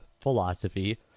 philosophy